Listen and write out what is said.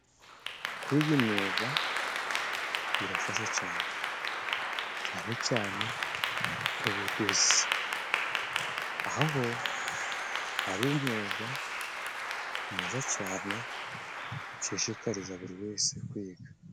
Kwiga imyuga birafasha cyane, cyane cyane ubudozi. Aha ho hari umwuga mwiza cyane nshishikariza buri wese kwiga.